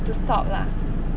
to stop lah